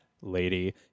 lady